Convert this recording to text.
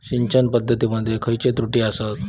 सिंचन पद्धती मध्ये खयचे त्रुटी आसत?